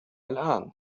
الآن